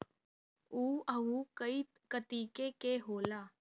उअहू कई कतीके के होला